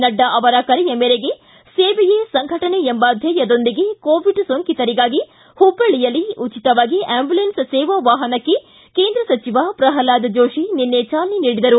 ನಡ್ಡಾ ಅವರ ಕರೆಯ ಮೇರೆಗೆ ಸೇವೆಯೇ ಸಂಘಟನ್ ಎಂಬ ಧ್ಯೇಯದೊಂದಿಗೆ ಕೋವಿಡ್ ಸೊಂಕಿತರಿಗಾಗಿ ಹುಬ್ಬಳ್ಳಿಯಲ್ಲಿ ಉಚಿತವಾಗಿ ಅಂಬುಲೆನ್ಸ್ ಸೇವಾ ವಾಹನಕ್ಕೆ ಕೇಂದ್ರ ಸಚಿವ ಪ್ರಹ್ಲಾದ್ ಜೋಶಿ ನಿನ್ನೆ ಚಾಲನೆ ನೀಡಿದರು